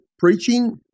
Preaching